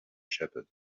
shepherd